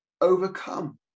overcome